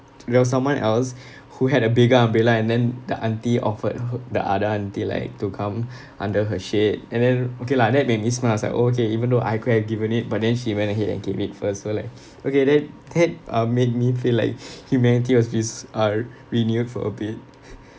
there was someone else who had a bigger umbrella and then the auntie offered her the other auntie like to come under her shade and then okay lah that made me smile I was like oh okay even though I could have given it but then she went ahead and gave it first so like okay that that uh made me feel like humanity was res~ uh renewed for a bit